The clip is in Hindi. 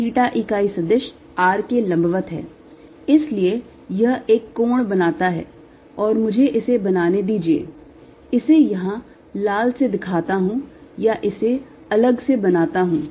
theta इकाई सदिश r के लंबवत है इसलिए यह एक कोण बनाता है और मुझे इसे बनाने दीजिए इसे यहां लाल से दिखाता हूं या इसे अलग से बनाता हूं